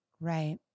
right